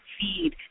feed